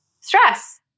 stress